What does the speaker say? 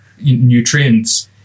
nutrients